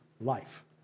life